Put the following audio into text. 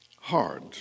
hard